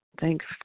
thanks